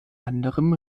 anderem